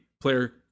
player